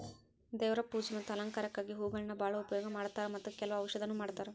ದೇವ್ರ ಪೂಜೆ ಮತ್ತ ಅಲಂಕಾರಕ್ಕಾಗಿ ಹೂಗಳನ್ನಾ ಬಾಳ ಉಪಯೋಗ ಮಾಡತಾರ ಮತ್ತ ಕೆಲ್ವ ಔಷಧನು ಮಾಡತಾರ